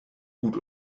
gut